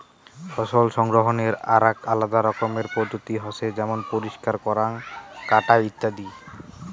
ফসল সংগ্রহনের আরাক আলাদা রকমের পদ্ধতি হসে যেমন পরিষ্কার করাঙ, কাটা ইত্যাদি